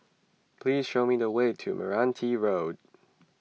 please show me the way to Meranti Road